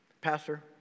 Pastor